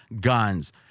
guns